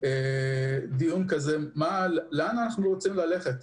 דיון שברר לאן אנחנו רוצים ללכת,